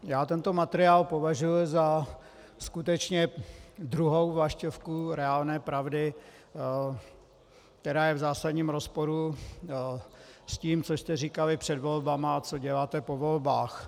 Já tento materiál považuji za skutečně druhou vlaštovku reálné pravdy, která je v zásadním rozporu s tím, co jste říkali před volbami a co děláte po volbách.